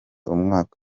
umwaka